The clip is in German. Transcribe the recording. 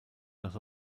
nach